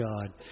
God